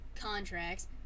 contracts